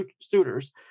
suitors